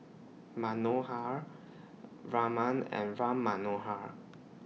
Manohar Raman and Ram Manohar